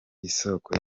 isoko